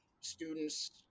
students